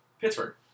Pittsburgh